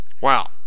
Wow